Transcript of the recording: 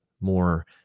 more